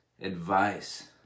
advice